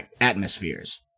atmospheres